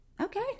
Okay